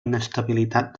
inestabilitat